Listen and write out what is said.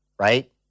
right